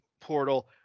portal